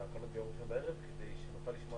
(הגבלת פעילות במקומות עבודה) (תיקון מס'